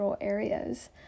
areas